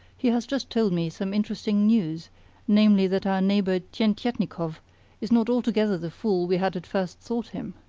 he has just told me some interesting news namely, that our neighbour tientietnikov is not altogether the fool we had at first thought him.